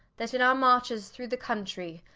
that in our marches through the countrey,